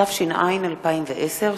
התש"ע 2010,